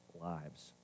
lives